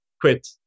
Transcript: quit